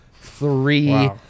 three